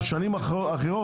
על שנים אחרות,